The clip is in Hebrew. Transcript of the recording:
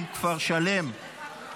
החלה על גני ילדים והגברת האכיפה),